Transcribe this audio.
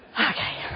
Okay